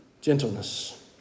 gentleness